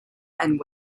and